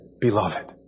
beloved